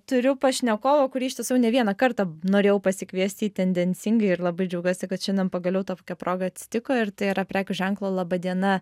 turiu pašnekovą kurį iš tiesų jau ne vieną kartą norėjau pasikviesti į tendencingai ir labai džiaugiuosi kad šiandien pagaliau tokia proga atsitiko ir tai yra prekių ženklo laba diena